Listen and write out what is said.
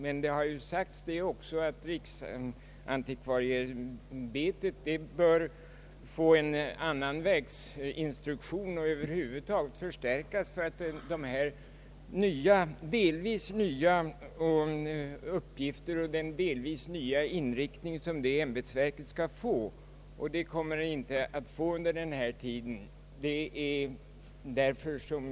Men det har sagts att riksantikvarieämbetet bör få en ny verksinstruktion och över huvud taget skall förstärkas för att kunna fullgöra den delvis nya inriktning som verket skall få. Den förstärkningen kommer riksantikvarieämbetet inte att få under denna tid.